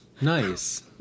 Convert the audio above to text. Nice